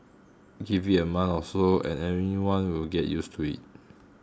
give it a month or so and anyone will get used to it